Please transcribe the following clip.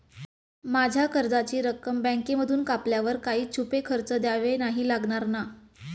माझ्या कर्जाची रक्कम बँकेमधून कापल्यावर काही छुपे खर्च द्यावे नाही लागणार ना?